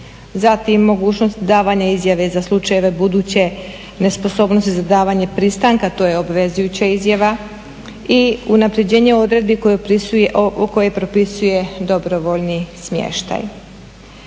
zatim mogućnost davanje izjave za slučajeve buduće nesposobnosti za davanje pristanka to je obvezujuća izjava i unapređenje uredi koje propisuje dobrovoljni smještaj.